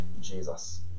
Jesus